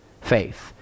faith